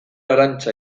arantxa